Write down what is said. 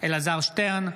אלעזר שטרן,